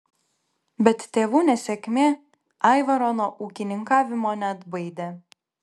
bet tėvų nesėkmė aivaro nuo ūkininkavimo neatbaidė